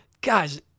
guys